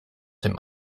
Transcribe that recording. dem